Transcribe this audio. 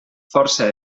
força